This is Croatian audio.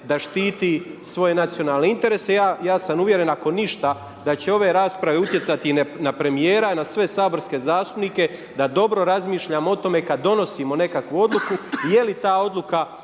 da štiti svoje nacionalne interese. Ja sam uvjeren ako ništa da će ove rasprave utjecati i na premijera i na sve saborske zastupnike da dobro razmišljamo o tome kada donosimo nekakavu odluku je li ta odluka